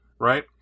right